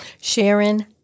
Sharon